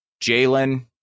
Jalen